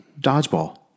dodgeball